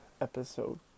episode